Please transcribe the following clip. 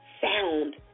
sound